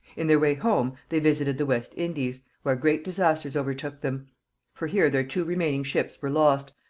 in their way home they visited the west indies, where great disasters overtook them for here their two remaining ships were lost,